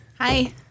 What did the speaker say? Hi